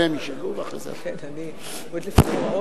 אדוני, בבקשה.